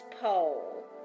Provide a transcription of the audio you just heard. pole